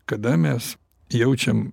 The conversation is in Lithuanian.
kada mes jaučiam